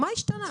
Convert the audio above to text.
מה השתנה?